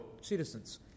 citizens